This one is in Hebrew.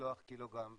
לשלוח קילוגרם לחלל,